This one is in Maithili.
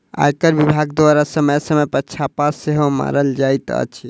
आयकर विभाग द्वारा समय समय पर छापा सेहो मारल जाइत अछि